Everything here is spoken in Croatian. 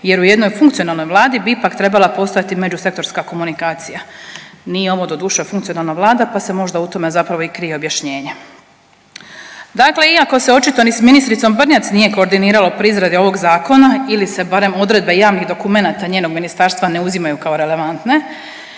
jer u jednoj funkcionalnoj Vladi bi ipak trebala postojati međusektorska komunikacija. Nije ovo, doduše, funkcionalna Vlada pa se možda u tome zapravo i krije objašnjenje. Dakle, iako se očito ni s ministricom Brnjac nije koordiniralo pri izradi ovog Zakona ili se barem odredbe javnih dokumenata njenog ministarstva ne uzimaju kao relevantne